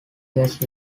years